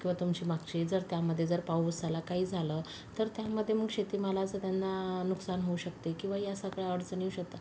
किंवा तुमची मागची जर त्यामध्ये जर पाऊस आला काही झालं तर त्यामध्ये मग शेती मालाचं त्यांना नुकसान होऊ शकते किंवा ह्या सगळ्या अडचणी येऊ शकतात